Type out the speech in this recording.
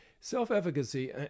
Self-efficacy